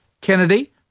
Kennedy